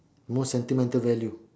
most sentimental value